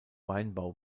weinbau